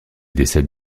décède